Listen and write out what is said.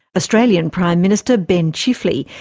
australian prime minister ben chifley,